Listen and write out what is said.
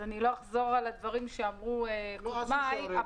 לא אחזור על הדברים שאמרו קודמיי.